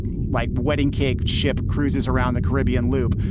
like wedding cake ship cruises around the caribbean loop.